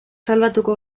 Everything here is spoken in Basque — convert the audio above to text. salbatuko